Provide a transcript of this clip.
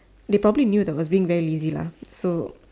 they probably knew that I was being very lazy lah so